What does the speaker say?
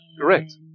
correct